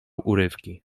urywki